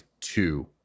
two